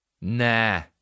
nah